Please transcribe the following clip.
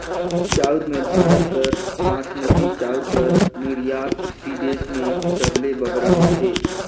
चाँउर में भारत कर बासमती चाउर कर निरयात बिदेस में सबले बगरा होथे